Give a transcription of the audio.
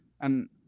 and-